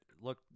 look